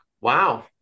wow